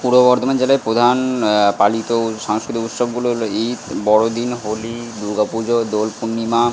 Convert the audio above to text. পূর্ব বর্ধমান জেলায় প্রধান পালিত সাংস্কৃতিক উৎসবগুলো হলো ঈদ বড়দিন হোলি দুর্গা পুজো দোল পূর্ণিমা